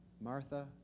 Martha